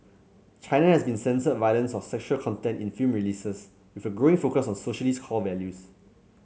China has long censored violence or sexual content in film releases with a growing focus on socialist core values